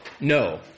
No